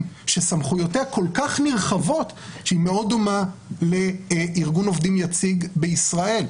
שסמכויותיה כל-כך נרחבות שהיא מאוד דומה לארגון דומה יציג בישראל.